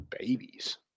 babies